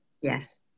yes